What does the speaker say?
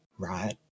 right